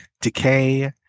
decay